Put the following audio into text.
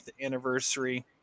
anniversary